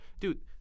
dude